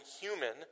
human